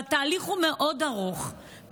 והתהליך הוא מאוד ארוך,